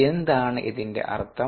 എന്താണ് ഇതിന്റെ അർത്ഥം